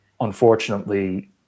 unfortunately